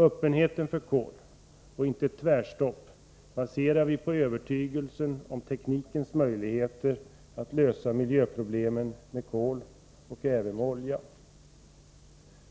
Öppenheten för kol och inte ett tvärstopp baserar vi på övertygelsen om teknikens möjligheter att lösa miljöproblemen med kol och även med olja.